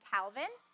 Calvin